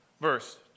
verse